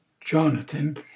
Jonathan